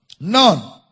None